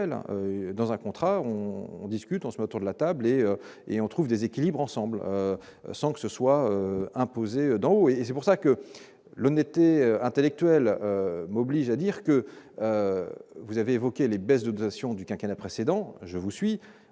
dans un contrat, on discute, on se met autour de la table et et on trouve des équilibres ensemble sans que ce soit d'en haut, et c'est pour ça que l'honnêteté intellectuelle m'oblige à dire que vous avez évoqué les baisses de du quinquennat précédent je vous suis,